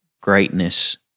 greatness